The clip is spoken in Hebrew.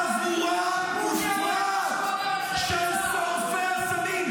לא שמעתי אותך יוצא --- בוגי אמר מה שהוא אמר על חיילי צה"ל.